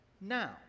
Now